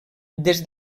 des